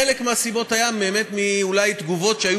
חלק מהסיבות היו באמת אולי מתגובות שהיו